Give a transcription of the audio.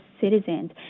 citizens